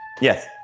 Yes